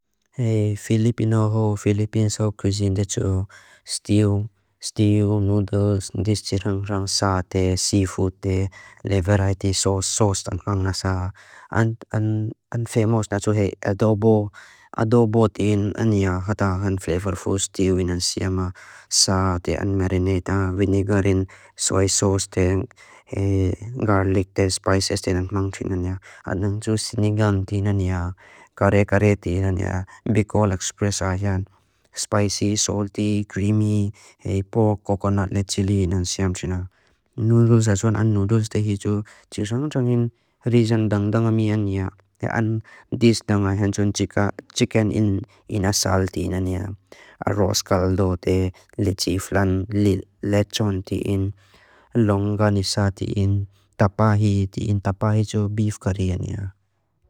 Filipino ho, Filipines ho, cuisine de tu. Stew, noodles, sate, seafood, variety sauce. An famous na tu adobo. Adobo tin ania. Flavorful stew in an siam. Sate and marinate. Vinegar and soy sauce. Garlic and spices. Adobo tin ania. Kare kare tin ania. Bicol express ania. Spicy, salty, creamy. Pork, coconut and chili in an siam tina. Noodles adobo. An noodles te hi tu. Chisong chongin. Rizang dang dang ania. An dish dang ania. Chicken in a salt tin ania. Arroz caldo te. Lechon tin ania. Longanisa tin ania. Tapahi tin tapahi jo beef kari ania.